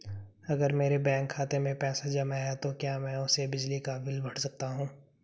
अगर मेरे बैंक खाते में पैसे जमा है तो क्या मैं उसे बिजली का बिल भर सकता हूं?